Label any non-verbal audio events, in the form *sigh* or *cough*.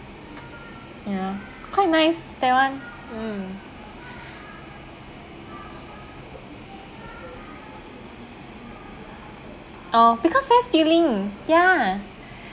*noise* ya quite nice that one mm *noise* oh because very filling ya *breath*